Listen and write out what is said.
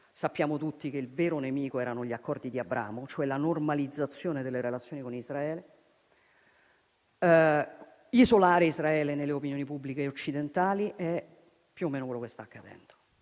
(sappiamo tutti che il vero nemico erano gli Accordi di Abramo, cioè la normalizzazione delle relazioni con Israele) e nelle opinioni pubbliche occidentali. È, più o meno, quello che sta accadendo.